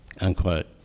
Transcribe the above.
Unquote